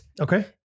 Okay